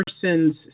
person's